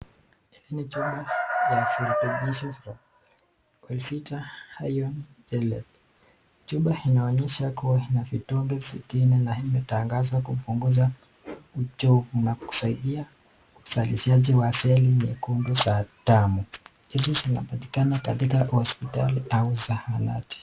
Hii ni chupa ya virotobisho Wellvita iron chelate. Chupa inaonyesha kuwa ina vidonge sitini na imetangazwa kupunguza uchovu na kusaidia uzalishaji wa seli nyekundu za damu. Hizi zinapatikana katika hospitali au zahanati.